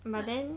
but